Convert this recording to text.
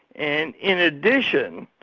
and in addition,